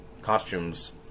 costumes